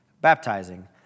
baptizing